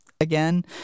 again